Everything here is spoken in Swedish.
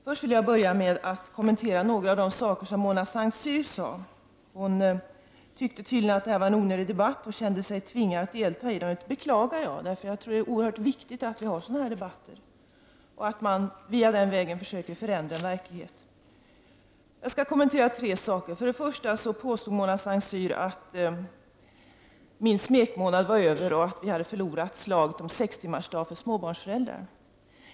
Fru talman! Först vill jag kommentera några av de saker som Mona Saint Cyr sade. Hon tyckte tydligen att denna debatt var onödig och hon kände sig tvingad att delta i den. Det beklagar jag. Jag tror att det är oerhört viktigt att vi har dessa debatter och att man den vägen försöker förändra verkligheten. För det första påstår Mona Saint Cyr att min smekmånad är över och att vi har förlorat slaget om sextimmarsdag för småbarnsföräldrar.